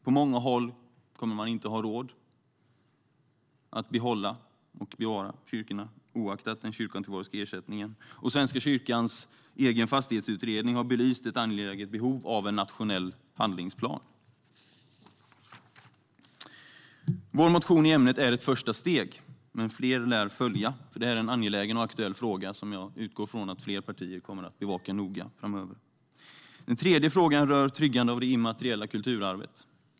På många håll kommer man inte att ha råd att behålla och bevara kyrkorna, oaktat den kyrkoantikvariska ersättningen. Svenska kyrkans egen fastighetsutredning har belyst ett angeläget behov av en nationell handlingsplan. Vår motion i ämnet är ett första steg, men fler lär följa, för detta är en angelägen och aktuell fråga som jag utgår från att fler partier kommer att bevaka noga framöver. Den tredje frågan rör tryggande av det immateriella kulturarvet.